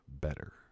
better